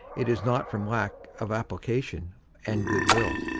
it is not from lack of application and goodwill.